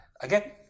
Again